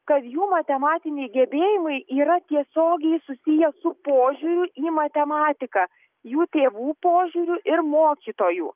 kad jų matematiniai gebėjimai yra tiesiogiai susiję su požiūriu į matematiką jų tėvų požiūriu ir mokytojų